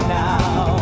now